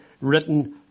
written